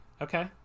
Okay